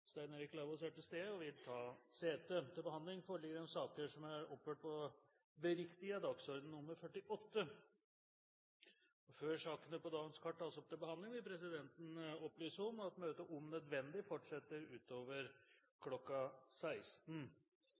Stein Erik Lauvås, innkalles for å møte i permisjonstiden Stein Erik Lauvås er til stede og vil ta sete. Før sakene på dagens kart tas opp til behandling, vil presidenten opplyse at møtet om nødvendig fortsetter utover kl. 16.